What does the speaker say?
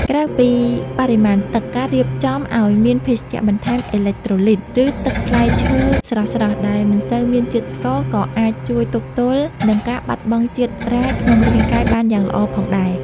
ក្រៅពីបរិមាណទឹក ការរៀបចំឱ្យមានភេសជ្ជៈបន្ថែមអេឡិចត្រូលីត ឬទឹកផ្លែឈើស្រស់ៗដែលមិនសូវមានជាតិស្ករ ក៏អាចជួយទប់ទល់នឹងការបាត់បង់ជាតិរ៉ែក្នុងរាងកាយបានយ៉ាងល្អផងដែរ។